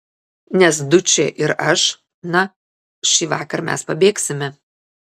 nes dučė ir aš na šįvakar mes pabėgsime